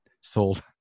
sold